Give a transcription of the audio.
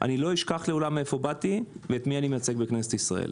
לא אשכח לעולם מאיפה באתי ואת מי אני מייצג בכנסת ישראל.